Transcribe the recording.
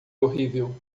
horrível